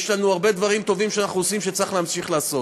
יש לנו הרבה דברים טובים שאנחנו עושים וצריך להמשיך לעשות,